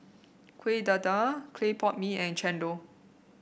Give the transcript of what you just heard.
Kueh Dadar Clay Pot Mee and Chendol